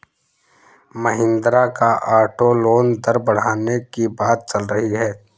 महिंद्रा का auto loan दर बढ़ने की बात चल रही है